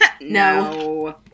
No